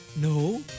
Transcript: No